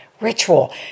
Ritual